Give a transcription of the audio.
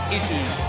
Issues